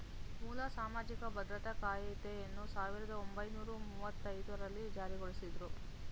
ಮೂಲ ಸಾಮಾಜಿಕ ಭದ್ರತಾ ಕಾಯ್ದೆಯನ್ನ ಸಾವಿರದ ಒಂಬೈನೂರ ಮುವ್ವತ್ತಐದು ರಲ್ಲಿ ಜಾರಿಗೊಳಿಸಿದ್ರು